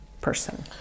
person